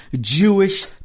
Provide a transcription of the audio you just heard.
Jewish